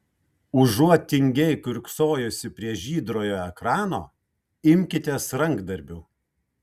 užuot tingiai kiurksojusi prie žydrojo ekrano imkitės rankdarbių